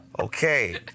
Okay